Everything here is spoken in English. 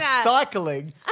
cycling